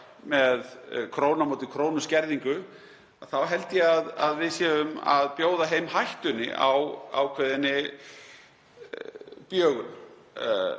með krónu á móti krónu skerðingu, þá held ég að við séum að bjóða heim hættunni á ákveðinni bjögun.